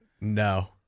No